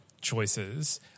choices